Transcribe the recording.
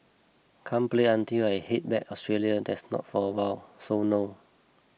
can't play until I head back Australia that's not for awhile so no